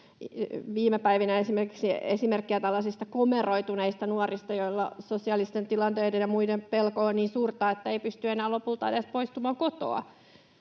viime päivinä esimerkkejä, tällaisiin komeroituneisiin nuoriin, joilla sosiaalisten tilanteiden ja muiden pelko on niin suurta, että ei pysty enää lopulta edes poistumaan kotoa.